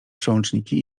przełączniki